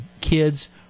kids